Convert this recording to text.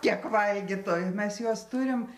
kiek valgytojų mes juos turim